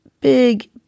big